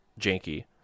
Janky